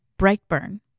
Brightburn